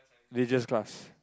laziest class